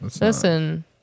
Listen